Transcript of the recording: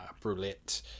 brulette